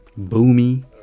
Boomy